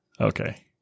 Okay